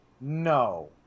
No